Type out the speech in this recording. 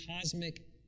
cosmic